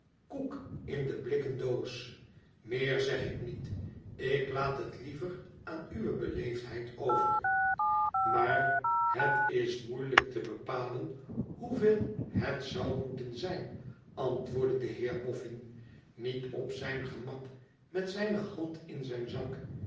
koek in de blikken doos meer zeg ik niet ik laat het liever aan uwe beleefdheid over maar het is moeilijk te bepalen hoeveel het zou moeten zijn antwoordde de heer bofn niet op zijn gemak met zijne hand in zijn zak